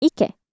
Ike